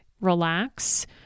relax